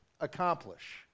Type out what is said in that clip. accomplish